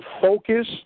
focus